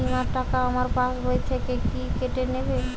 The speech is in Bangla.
বিমার টাকা আমার পাশ বই থেকে কি কেটে নেবে?